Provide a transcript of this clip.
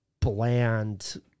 bland